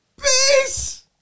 Peace